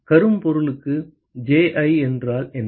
கரும் பொருளுக்கு Ji என்றால் என்ன